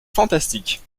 fantastiques